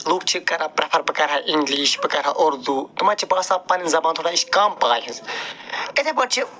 لُکھ چھِ کران پرٛٮ۪فر بہٕ کرٕ ہا اِنٛگلِش بہٕ کرٕ ہا اُردو تِمن چھِ بسان پَنٕنۍ زبان تھوڑا یہِ چھِ کَم پایہِ ہِنٛز یِتھَے پٲٹھۍ چھِ